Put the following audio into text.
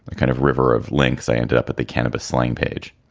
kind of river of links, i ended up at the cannabis slime page.